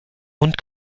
und